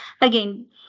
Again